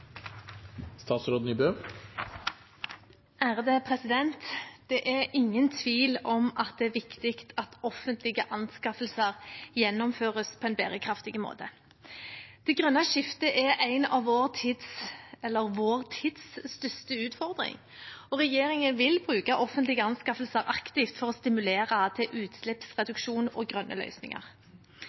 viktig at offentlige anskaffelser gjennomføres på en bærekraftig måte. Det grønne skiftet er vår tids største utfordring, og regjeringen vil bruke offentlige anskaffelser aktivt for å stimulere til utslippsreduksjon og grønne løsninger.